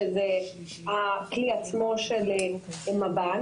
שזה הכלי עצמו של מב"ן.